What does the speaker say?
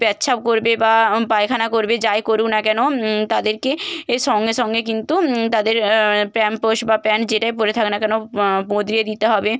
পেচ্ছাপ করবে বা পায়খানা করবে যাই করুক না কেন তাদেরকে এ সঙ্গে সঙ্গে কিন্তু তাদের প্যাম্পার্স বা প্যান্ট যেটাই পরে থাক না কেন বদলে দিতে হবে